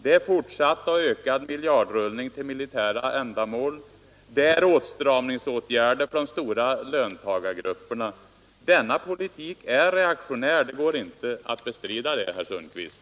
Det är fortsatt och ökad miljardrullning till militära ändamål. Det är åtstramningsåtgärder för de stora löntagargrupperna. Denna politik är reaktionär. Det går inte att bestrida det, herr Sundkvist.